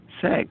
sex